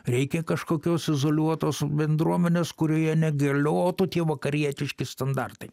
reikia kažkokios izoliuotos bendruomenės kurioje negaliotų tie vakarietiški standartai